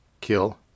kill